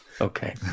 Okay